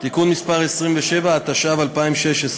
(תיקון מס' 27), התשע"ו 2016: